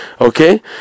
Okay